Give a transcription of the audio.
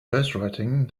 ghostwriting